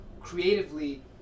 creatively